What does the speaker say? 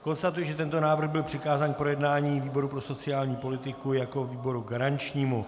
Konstatuji, že tento návrh byl přikázán k projednání výboru pro sociální politiku jako výboru garančnímu.